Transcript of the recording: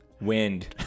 Wind